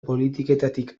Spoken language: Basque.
politiketatik